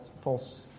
false